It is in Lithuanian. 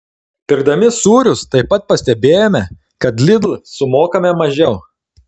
pirkdami sūrius taip pat pastebėjome kad lidl sumokame mažiau